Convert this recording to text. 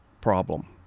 problem